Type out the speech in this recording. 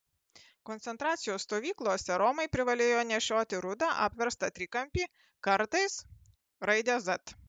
koncentracijos stovyklose romai privalėjo nešioti rudą apverstą trikampį kartais raidę z